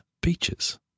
beaches